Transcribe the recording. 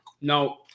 No